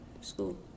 school